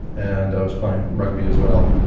and i was playing rugby as well.